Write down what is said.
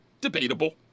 debatable